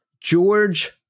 George